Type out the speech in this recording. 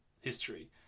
history